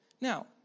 Now